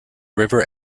river